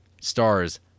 stars